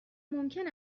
ممکن